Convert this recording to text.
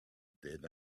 then